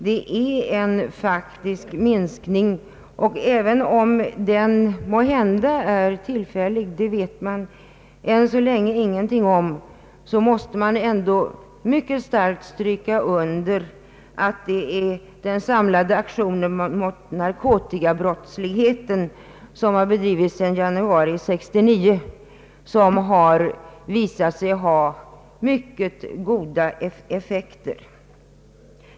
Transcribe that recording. Det är fråga om en faktisk minskning, och även om den måhända är tillfällig — det vet man än så länge ingenting om — vill jag mycket starkt stryka under att det är den samlade aktionen mot narkotikabrottsligheten, sedan januari 1969, som har visat sig ge mycket goda effekter.